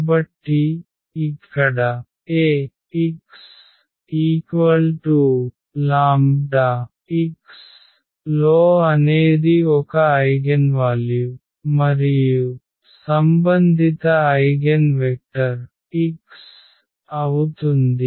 కాబట్టి ఇక్కడ Axλx లో అనేది ఒక ఐగెన్వాల్యు మరియు సంబంధిత ఐగెన్ వెక్టర్ x అవుతుంది